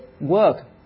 work